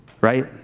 right